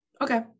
okay